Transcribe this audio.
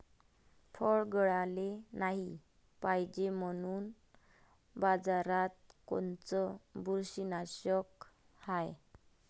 फळं गळाले नाही पायजे म्हनून बाजारात कोनचं बुरशीनाशक हाय?